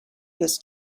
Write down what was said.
this